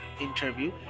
interview